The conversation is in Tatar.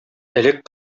элек